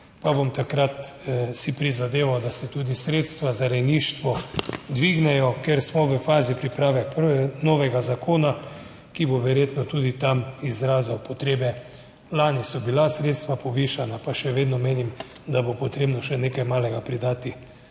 pa bom takrat si prizadeval, da se tudi sredstva za rejništvo dvignejo, ker smo v fazi priprave novega zakona, ki bo verjetno tudi tam izrazil potrebe. Lani so bila sredstva povišana, pa še vedno menim, da bo potrebno še nekaj malega pridati.